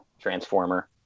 Transformer